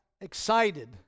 excited